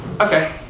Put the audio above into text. Okay